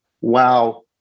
Wow